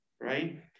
right